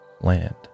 land